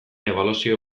ebaluazio